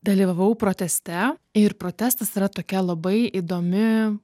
dalyvavau proteste ir protestas yra tokia labai įdomi